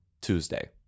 Tuesday